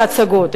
להצגות,